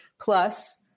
plus